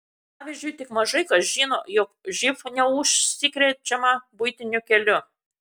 pavyzdžiui tik mažai kas žino jog živ neužsikrečiama buitiniu keliu